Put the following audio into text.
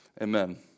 Amen